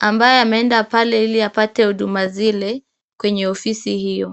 ambaye ameenda pale ili apate huduma zile kwenye ofisi hiyo.